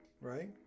Right